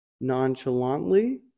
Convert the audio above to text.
nonchalantly